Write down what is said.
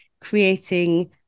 creating